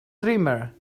dreamer